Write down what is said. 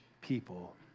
people